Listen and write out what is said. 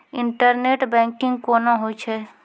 Internet banking कोना होय छै?